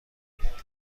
ﮐﺸﯿﺪﯾﻢ